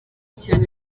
cyane